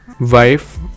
wife